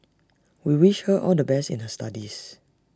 we wish her all the best in her studies